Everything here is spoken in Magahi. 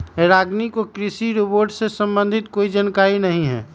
रागिनी को कृषि रोबोट से संबंधित कोई जानकारी नहीं है